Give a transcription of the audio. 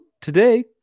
today